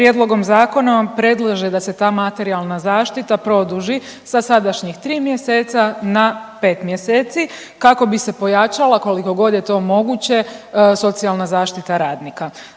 Prijedlogom zakona predlaže da se ta materijalna zaštita produži sa sadašnjih 3 mjeseca na 5 mjeseci, kako bi se pojačala, koliko god je to moguće, socijalna zaštita radnika.